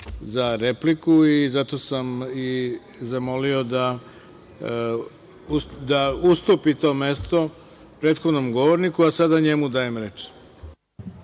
za repliku i zato sam zamolio da ustupi to mesto prethodnom govorniku, a sada njemu dajem reč.